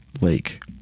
Lake